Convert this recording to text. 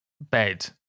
bed